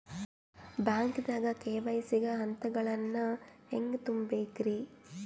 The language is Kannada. ಬ್ಯಾಂಕ್ದಾಗ ಕೆ.ವೈ.ಸಿ ಗ ಹಂತಗಳನ್ನ ಹೆಂಗ್ ತುಂಬೇಕ್ರಿ?